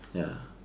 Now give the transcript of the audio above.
ya